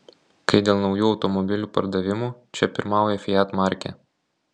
kai dėl naujų automobilių pardavimų čia pirmauja fiat markė